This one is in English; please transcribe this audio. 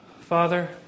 Father